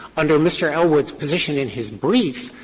under mr. elwood's position in his brief,